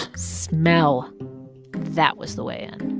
smell that was the way in